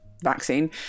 vaccine